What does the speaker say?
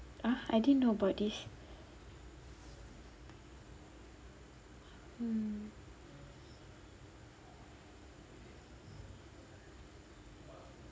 ah I didn't know about this mm